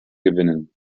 gewinnen